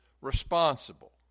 responsible